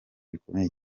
bikomeye